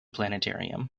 planetarium